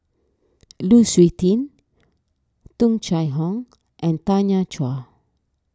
Lu Suitin Tung Chye Hong and Tanya Chua